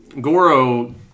Goro